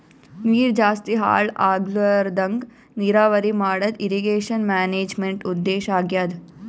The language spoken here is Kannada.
ನೀರ್ ಜಾಸ್ತಿ ಹಾಳ್ ಆಗ್ಲರದಂಗ್ ನೀರಾವರಿ ಮಾಡದು ಇರ್ರೀಗೇಷನ್ ಮ್ಯಾನೇಜ್ಮೆಂಟ್ದು ಉದ್ದೇಶ್ ಆಗ್ಯಾದ